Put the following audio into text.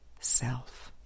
self